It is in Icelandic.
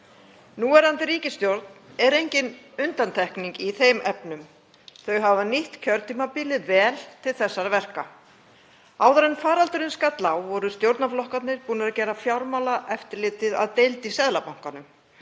Núverandi ríkisstjórn er engin undantekning í þeim efnum. Þau hafa nýtt kjörtímabilið vel til þessara verka. Áður en faraldurinn skall á voru stjórnarflokkarnir búnir að gera Fjármálaeftirlitið að deild í Seðlabankanum